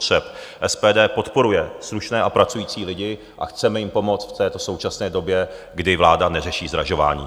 SPD podporuje slušné a pracující lidi a chceme jim pomoct v této současné době, kdy vláda neřeší zdražování.